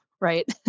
Right